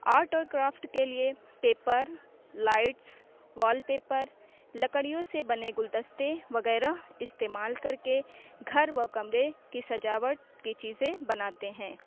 art اور craft کے لیے پیپر لائٹس وال پیپر لکڑیوں سے بنے گلدستے وغیرہ استعمال کر کے گھر و کمرے کی سجاوٹ کی چیزیں بناتے ہیں